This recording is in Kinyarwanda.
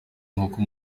inkoko